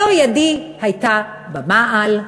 לא ידי הייתה במעל,